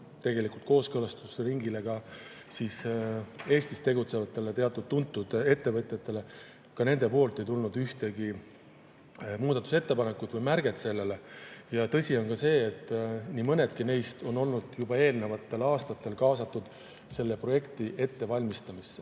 [eelnõu] kooskõlastusringile, ka Eestis tegutsevatele teada-tuntud ettevõtjatele, aga neilt ei tulnud ühtegi muudatusettepanekut või märget selle kohta. Ja tõsi on ka see, et nii mõnedki neist on olnud juba eelnevatel aastatel kaasatud selle projekti ettevalmistamisse.